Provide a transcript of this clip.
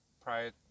prior